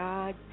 God